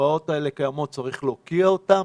התופעות האלה קיימות וצריך להוקיע אותן.